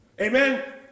Amen